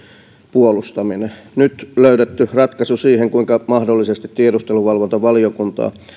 puolustaminen nyt löydetty ratkaisu siihen kuinka mahdollisesti tiedusteluvalvontavaliokuntaan